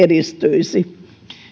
edistyisi